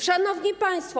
Szanowni Państwo!